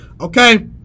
Okay